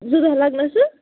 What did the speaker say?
زٕ دۄہ لگنسہٕ